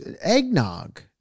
eggnog